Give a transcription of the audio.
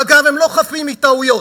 ואגב, הם לא חפים מטעויות.